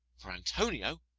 for antonio,